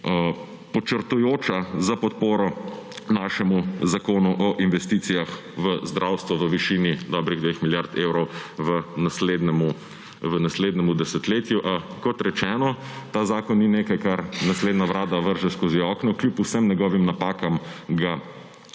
podčrtujoča za podporo našemu zakonu o investicijah v zdravstvo v višini dobrih dveh milijard evrov v naslednjem desetletju. A kot rečeno, ta zakon ni nekaj, kar naslednja vlada vrže skozi okno, kljub vsem njegovim napakam ga